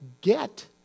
get